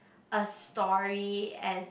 a story at